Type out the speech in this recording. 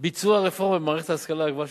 ביצוע רפורמה במערכת ההשכלה הגבוהה,